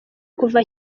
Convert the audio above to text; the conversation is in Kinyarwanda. kuva